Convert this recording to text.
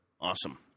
awesome